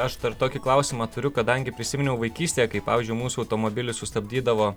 aš dar tokį klausimą turiu kadangi prisiminiau vaikystėje kai pavyzdžiui mūsų automobilį sustabdydavo